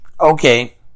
Okay